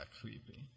creepy